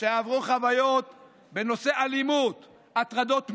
עברו חוויות בנושא אלימות, הטרדות מיניות,